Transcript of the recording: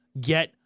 get